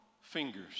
fingers